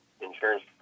insurance